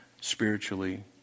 spiritually